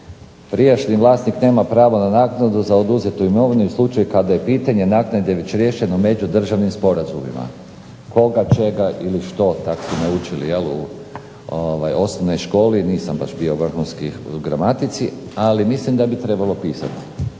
prijašnji vlasnik nema pravo na naknadu za oduzetu imovinu u slučaju kada je pitanje naknade već riješeno međudržavnim sporazumima. Koga, čega ili što? Tak su me učili jel' u osnovnoj školi. Nisam baš bio vrhunski u gramatici, ali mislim da bi trebalo pisati